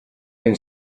can